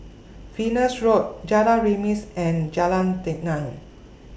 Venus Road Jalan Remis and Jalan Tenang